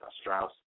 Strauss